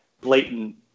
blatant